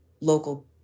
local